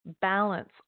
balance